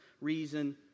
reason